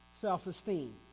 self-esteem